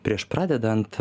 prieš pradedant